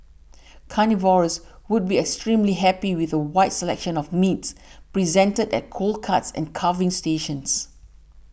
carnivores would be extremely happy with a wide selection of meats presented at cold cuts and carving stations